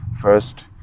First